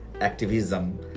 activism